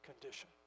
condition